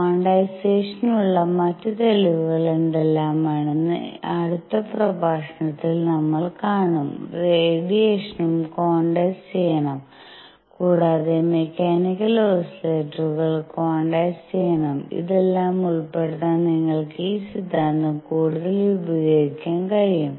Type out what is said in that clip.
ക്വാണ്ടൈസേഷനുള്ള മറ്റ് തെളിവുകൾ എന്തെല്ലാമാണ് എന്ന് അടുത്ത പ്രഭാഷണത്തിൽ നമ്മൾ കാണും റേഡിയേഷനും ക്വാണ്ടൈസ് ചെയ്യണം കൂടാതെ മെക്കാനിക്കൽ ഓസിലേറ്ററുകൾ ക്വാണ്ടൈസ് ചെയ്യണം ഇതെല്ലാം ഉൾപ്പെടുത്താൻ നിങ്ങൾക്ക് ഈ സിദ്ധാന്തം കൂടുതൽ വിപുലീകരിക്കാൻ കഴിയും